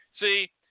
See